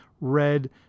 red